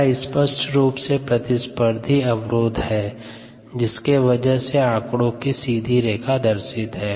यहाँ स्पष्ट रूप से प्रतिस्पर्धी अवरोध है जिसके वजह से आंकड़ो की सीधी रेखा दर्शित है